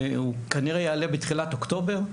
והוא כנראה יעלה בתחילת אוקטובר.